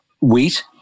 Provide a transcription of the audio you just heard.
wheat